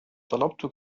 طلبت